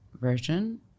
version